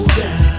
down